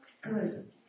good